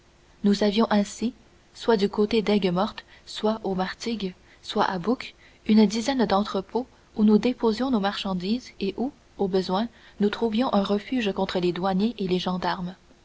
nous avions ainsi soit du côté daigues mortes soit aux martigues soit à bouc une douzaine d'entrepôts où nous déposions nos marchandises et où au besoin nous trouvions un refuge contre les douaniers et les gendarmes